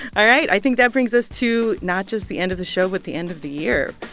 all right, i think that brings us to not just the end of the show, but the end of the year,